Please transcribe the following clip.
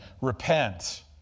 Repent